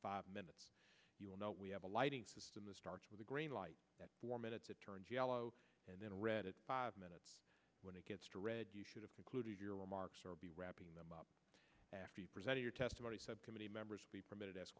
five minutes you will know we have a lighting system that starts with a green light for minutes it turned yellow and then read it five minutes when it gets to read you should have concluded your remarks or be wrapping them up after you present your testimony subcommittee members be permitted